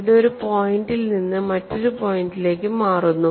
ഇത് ഒരു പോയിന്റിൽ നിന്ന് മറ്റൊരു പോയിന്റിലേക്ക് മാറുന്നു